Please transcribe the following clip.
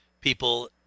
people